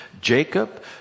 Jacob